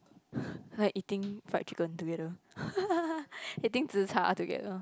like eating fried chicken together eating zi-char together